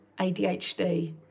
ADHD